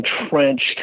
entrenched